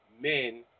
men